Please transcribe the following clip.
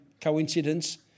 coincidence